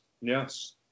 yes